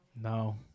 No